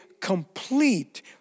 complete